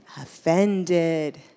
offended